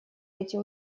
эти